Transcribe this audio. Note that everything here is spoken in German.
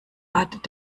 art